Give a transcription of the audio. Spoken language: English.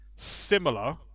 Similar